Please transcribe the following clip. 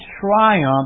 triumph